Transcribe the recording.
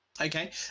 Okay